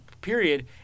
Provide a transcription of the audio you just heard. period